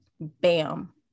bam